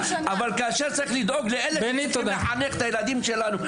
אבל כשצריך לדאוג לחנך את הילדים שלנו,